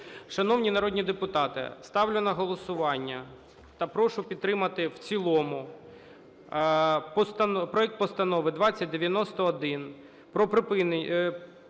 Шановні народні депутати, ставлю на голосування та прошу підтримати в цілому проект Постанови 2091 про дострокове